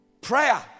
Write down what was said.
Prayer